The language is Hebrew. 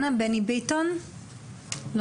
אבל מה שזה אומר,